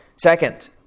Second